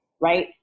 right